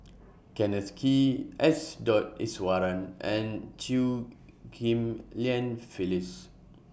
Kenneth Kee S Dot Iswaran and Chew Ghim Lian Phyllis